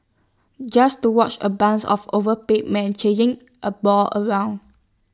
just to watch A bunch of overpaid men chasing A ball around